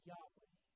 Yahweh